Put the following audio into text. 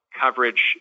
coverage